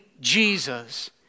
Jesus